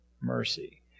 mercy